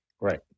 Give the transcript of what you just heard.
Right